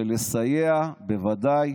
של לסייע, בוודאי